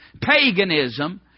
paganism